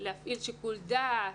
להפעיל שיקול דעת,